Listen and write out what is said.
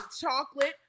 chocolate